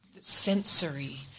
sensory